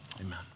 amen